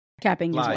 capping